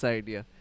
idea